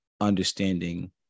understanding